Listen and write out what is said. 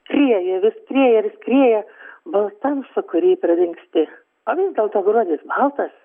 krieja vis skrieja ir skrieja baltam sūkury pradingsti a vis dėlto gruodis baltas